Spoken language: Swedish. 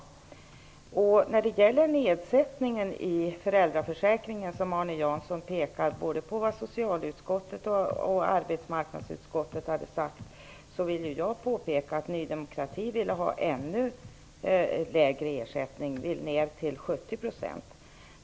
I fråga om den sänkta ersättningsnivån i föräldraförsäkringen pekar Arne Jansson på vad arbetsmarknadsutskottet och socialförsäkringsutskottet har sagt. Jag vill påpeka att Ny demokrati vill ha ännu lägre ersättning -- 70 %.